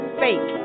fake